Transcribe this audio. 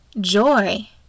Joy